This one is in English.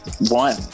one